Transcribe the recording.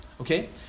okay